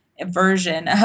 version